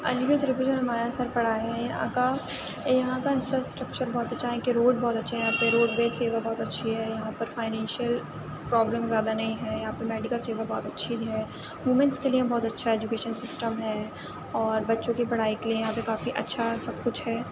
علی گڑھ ضلع پر جو نمایاں اثر پڑ ہے یہاں کا یہاں کا انفراسٹکچر بہت اچھا ہے یہاں کے روڈ بہت اچھے ہیں یہاں پہ روڈویز سیوا بہت اچھی ہے یہاں پر فائنینشیل پروبلم زیادہ نہیں ہیں یہاں پر میڈیکل سیوا بہت اچھی بھی ہیں وومینس کے لیے بہت اچھا ایجوکیشن سسٹم ہے اور بچوں کی پڑھائی کے لیے یہاں پر کافی اچھا سب کچھ ہے